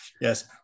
Yes